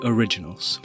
Originals